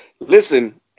Listen